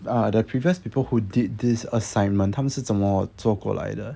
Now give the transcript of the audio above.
uh the previous people who did this assignment 他们是怎么做过来的